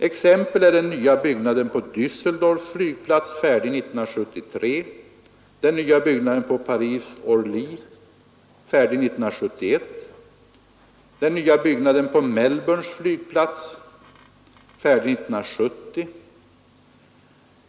Exempel är den nya byggnaden på Dässeldorfs flygplats, färdig 1973, den nya byggnaden på Paris Orly, färdig 1971, och den nya byggnaden på Melbournes flygplats, färdig 1970.